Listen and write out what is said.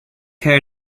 hair